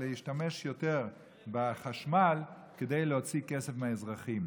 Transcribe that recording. להשתמש יותר בחשמל כדי להוציא כסף מהאזרחים.